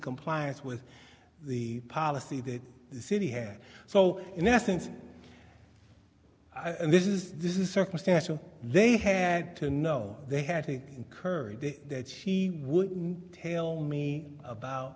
compliance with the policy that the city had so in essence i think this is this is circumstantial they had to know they had to encourage that she would tell me about